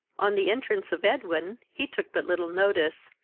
on the entrance of edwin, he took but little notice,